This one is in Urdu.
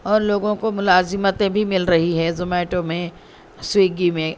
اور لوگوں کو ملازمتیں بھی مل رہی ہے زومیٹو میں سویگی میں